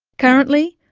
currently,